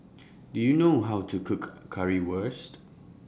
Do YOU know How to Cook Currywurst